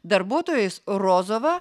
darbuotojais rozova